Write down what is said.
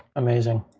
amazing.